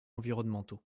environnementaux